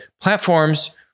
platforms